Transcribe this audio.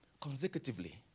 consecutively